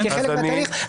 כחלק מהתהליך,